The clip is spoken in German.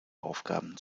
aufgaben